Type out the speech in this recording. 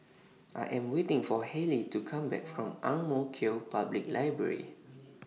I Am waiting For Hailee to Come Back from Ang Mo Kio Public Library